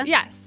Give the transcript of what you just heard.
Yes